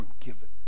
forgiven